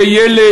כילד,